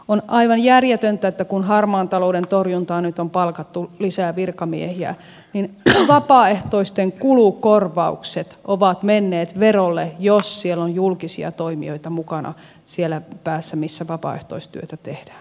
on aivan järjetöntä että kun harmaan talouden torjuntaan nyt on palkattu lisää virkamiehiä niin vapaaehtoisten kulukorvaukset ovat menneet verolle jos on julkisia toimijoita mukana siellä päässä missä vapaaehtoistyötä tehdään